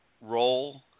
role